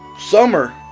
Summer